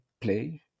play